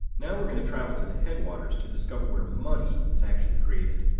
now we're going to travel to the headwaters to discover where money is actually created.